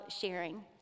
sharing